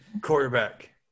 quarterback